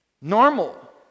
Normal